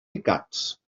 picats